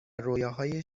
رویاهای